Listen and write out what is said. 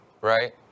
right